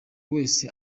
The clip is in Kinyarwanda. wese